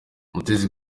mutesi